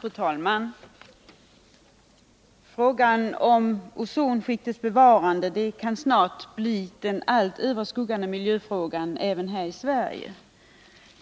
Fru talman! Frågan om ozonskiktets bevarande kan snart bli det allt överskuggande miljöproblemet även här i Sverige.